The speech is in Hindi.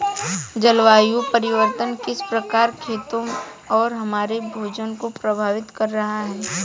जलवायु परिवर्तन किस प्रकार खेतों और हमारे भोजन को प्रभावित कर रहा है?